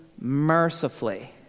mercifully